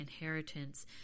inheritance